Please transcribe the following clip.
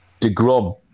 DeGrom